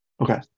okay